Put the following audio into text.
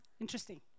interesting